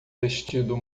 vestido